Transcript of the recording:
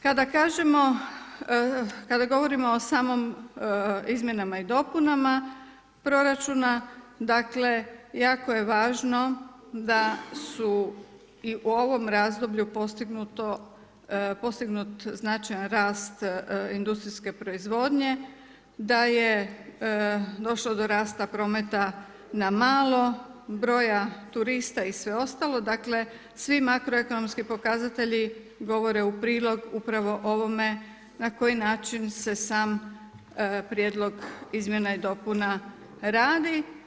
Kada kažemo, kada govorimo o samom, izmjenama i dopunama proračuna dakle jako je važno da su i u ovom razdoblju postignut značajan rast industrijske proizvodnje, daj e došlo do rasta prometa na malo broja turista i sve ostalo, dakle svi makroekonomski pokazatelji govore u prilog upravo ovome na koji način se sam prijedlog izmjena i dopuna radi.